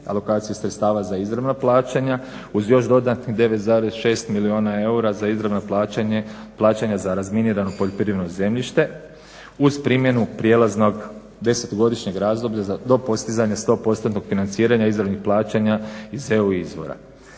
alokacija sredstava za izravna plaćanja uz još dodatnih 9,6 milijuna eura za izravna plaćanja za razminirano poljoprivredno zemljište uz primjenu prijelaznog desetgodišnjeg razdoblja za, do postizanja stopostotnog financiranja, izravnih plaćanja iz EU izvora.